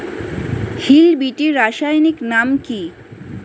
Hill বিটি রাসায়নিক নাম কি?